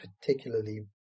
particularly